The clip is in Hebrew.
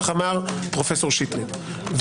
כך אמר פרופ' שטרית.